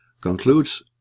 concludes